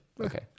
Okay